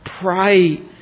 pray